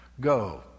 Go